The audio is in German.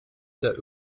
der